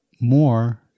more